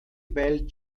bell